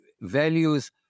values